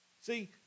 See